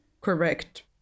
correct